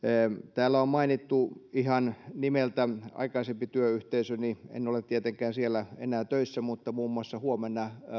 täällä on mainittu ihan nimeltä aikaisempi työyhteisöni en ole tietenkään siellä enää töissä mutta muun muassa huomenna